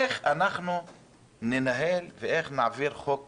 איך אנחנו ננהל ואיך נעביר חוק כזה?